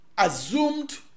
assumed